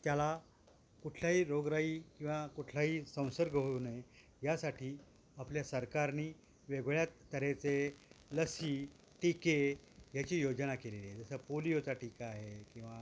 त्याला कुठल्याही रोगराई किंवा कुठलाही संसर्ग होऊ नये यासाठी आपल्या सरकारनी वेगवेगळ्या तऱ्हेचे लसी टीके याची योजना केलेली आहे जसं पोलिओचा टिका आहे किंवा